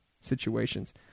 situations